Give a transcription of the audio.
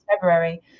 February